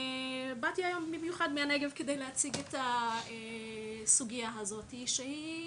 ובאתי היום במיוחד מהנגב כדי להציג את הסוגיה הזו שהיא